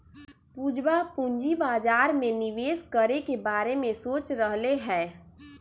पूजवा पूंजी बाजार में निवेश करे के बारे में सोच रहले है